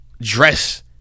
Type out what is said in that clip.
dress